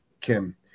Kim